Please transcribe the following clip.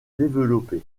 développer